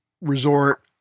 resort